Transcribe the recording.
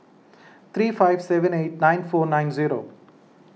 three five seven eight nine four nine zero